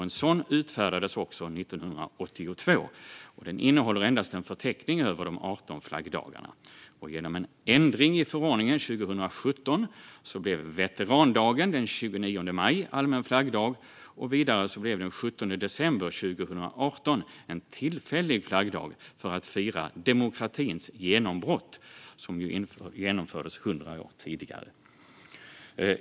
En sådan utfärdades också 1982, och den innehåller endast en förteckning över de 18 flaggdagarna. Genom en ändring i förordningen 2017 blev veterandagen den 29 maj allmän flaggdag. Vidare blev den 17 december 2018 en tillfällig flaggdag för att fira demokratins genombrott 100 år tidigare.